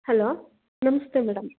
hello ನಮಸ್ತೆ madam